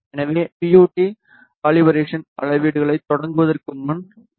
எனவே D U T calibration அளவீடுகளைத் தொடங்குவதற்கு முன் வி